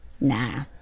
Nah